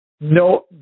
No